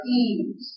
ease